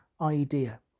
idea